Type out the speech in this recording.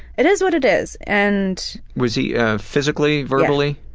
it is what it is. and was he ah physically, verbally